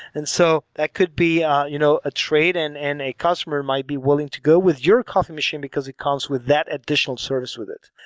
and so that could be you know a trade and and a customer might be willing to go with your coffee machine because it comes with that additional service with it.